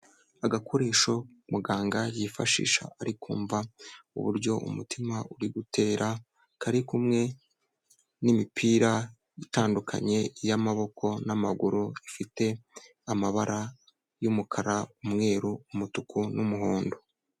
Agakoresho muganga yifashisha ari kumva uburyo umutima uri gutera, kari kumwe n'imipira itandukanye y'amaboko n'amaguru bifite amabara y'umukara, umweru, umutuku n'umuhondo.